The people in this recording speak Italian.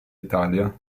italia